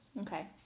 Okay